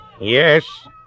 Yes